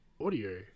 audio